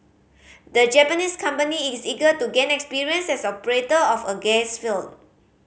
the Japanese company is eager to gain experience as operator of a gas field